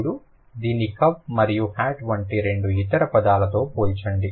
ఇప్పుడు దీన్ని కప్ మరియు హ్యాట్ వంటి రెండు ఇతర పదాలతో పోల్చండి